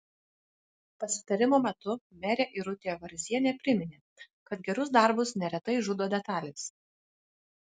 pasitarimo metu merė irutė varzienė priminė kad gerus darbus neretai žudo detalės